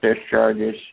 discharges